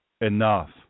enough